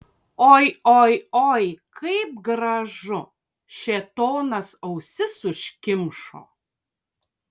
oi oi oi kaip gražu šėtonas ausis užkimšo